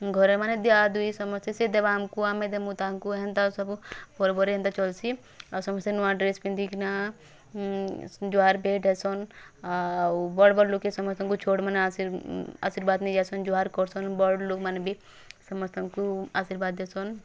ଘରେମାନେ ଦିଆଦୁଇ ସମସ୍ତେ ସେ ଦେବା ଆମ୍କୁ ଆମେ ଦେମୁଁ ତାଙ୍କୁ ଏନ୍ତା ସବୁ ପର୍ବରେ ହେନ୍ତା ଚଲ୍ସି ଆଉ ସମସ୍ତେ ନୂଆ ଡ୍ରେସ୍ ପିନ୍ଧିକିନାଁ ଜୁହାର୍ ଭେଟ୍ ଦେଇସନ୍ ଆଉ ବଡ଼୍ ବଡ଼୍ ଲୁକେ ସମସ୍ତଙ୍କୁ ଛୋଟ୍ମାନେ ଆଶୀର୍ବାଦ୍ ନେଇ ଯାଉସନ୍ ଜୁହାର୍ କର୍ସନ୍ ବଡ଼୍ ଲୁକ୍ମାନେ ବି ସମସ୍ତଙ୍କୁ ଆଶୀର୍ବାଦ୍ ଦେଉସନ୍